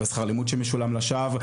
שכר לימוד שמשולם לשווא,